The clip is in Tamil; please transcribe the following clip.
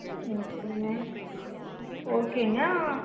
ம் ஓகேங்க ஓகேங்க ஆ